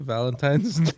Valentine's